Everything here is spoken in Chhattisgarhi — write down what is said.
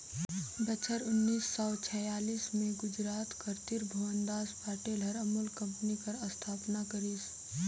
बछर उन्नीस सव छियालीस में गुजरात कर तिरभुवनदास पटेल हर अमूल कंपनी कर अस्थापना करिस